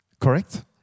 Correct